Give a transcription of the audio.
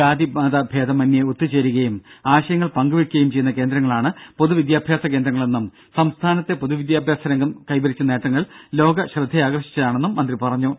ജാതി മത ഭേദമന്യെ ഒത്തുചേരുകയും ആശയങ്ങൾ പങ്കുവയ്ക്കുകയും ചെയ്യുന്ന കേന്ദ്രങ്ങളാണ് പൊതുവിദ്യാഭ്യാസ കേന്ദ്രങ്ങളെന്നും സംസ്ഥാനത്തെ പൊതുവിദ്യാഭ്യാസ രംഗം കൈവരിച്ച നേട്ടങ്ങൾ ലോക ശ്രദ്ധയാകർഷിച്ചതാണെന്നും മന്ത്രി പറഞ്ഞു